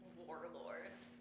warlords